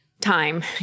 time